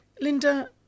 Linda